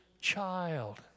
child